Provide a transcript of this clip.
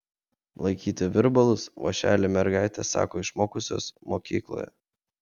laikyti virbalus vąšelį mergaitės sako išmokusios mokykloje